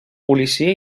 policia